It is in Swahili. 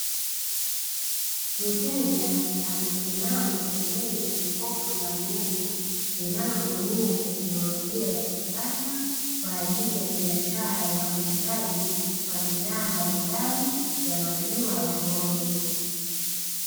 Mteja amesimama pembeni ya jokofu la umeme ,linalotumia teknolojia ya kisasa, kwa ajili ya biashara ya uuzaji wa bidhaa mbalimbali ya maziwa ya ng'ombe.